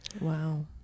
Wow